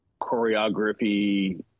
choreography